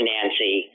Nancy